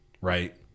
right